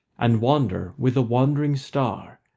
and wander with a wandering star,